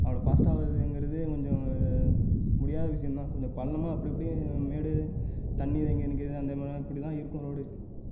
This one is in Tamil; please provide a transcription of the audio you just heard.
அவ்வளோக ஃபாஸ்ட்டாக வரதுங்கிறது கொஞ்சம் முடியாத விஷயோம்தான் கொஞ்சம் பள்ளமாக அப்படி அப்படியே மேடு தண்ணி தேங்கி நிற்குது அந்தமாரி அப்படிதான் இருக்கும் ரோடு